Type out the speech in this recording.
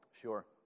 Sure